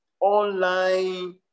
online